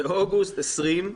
באוגוסט 2020,